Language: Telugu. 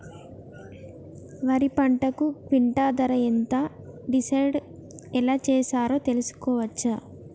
వరి పంటకు క్వింటా ధర ఎంత డిసైడ్ ఎలా చేశారు తెలుసుకోవచ్చా?